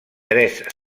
tres